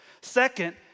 Second